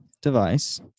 device